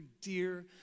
dear